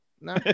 No